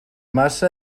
massa